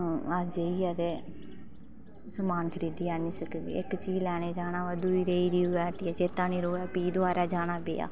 अस जाइयै ते समान खरीदी आह्नी सकगे इक चीज लेने गी जाना होऐ ते दूई रेही जंदी के पता चेता नेईं रवै दोवारे जाना पेआ